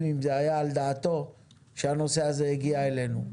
האם זה היה על דעתו שהנושא הזה הגיע אלינו.